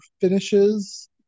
finishes